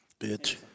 Bitch